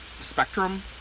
spectrum